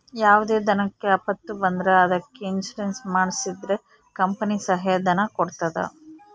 ಯಾವುದೇ ದನಕ್ಕೆ ಆಪತ್ತು ಬಂದ್ರ ಅದಕ್ಕೆ ಇನ್ಸೂರೆನ್ಸ್ ಮಾಡ್ಸಿದ್ರೆ ಕಂಪನಿ ಸಹಾಯ ಧನ ಕೊಡ್ತದ